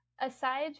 Aside